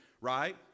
right